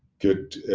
good,